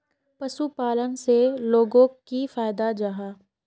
पशुपालन से लोगोक की फायदा जाहा?